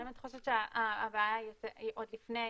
אני באמת חושבת שהבעיה היא עוד לפני,